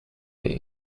their